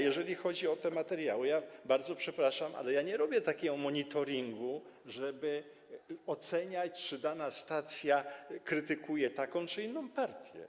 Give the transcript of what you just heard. Jeżeli chodzi o te materiały, to bardzo przepraszam, ale nie robię takiego monitoringu, żeby oceniać, czy dana stacja krytykuje taką czy inną partię.